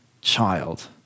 child